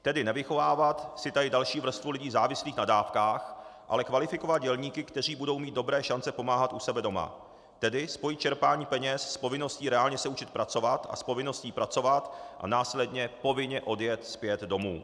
Tedy nevychovávat si tady další vrstvu lidí závislých na dávkách, ale kvalifikovat dělníky, kteří budou mít dobré šance pomáhat u sebe doma, tedy spojit čerpání peněz s povinností reálně se učit pracovat a s povinností pracovat a následně povinně odjet zpět domů.